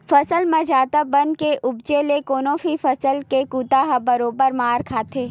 फसल म जादा बन के उपजे ले कोनो भी फसल के कुत ह बरोबर मार खाथे